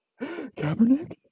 Kaepernick